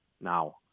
now